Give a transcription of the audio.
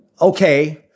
Okay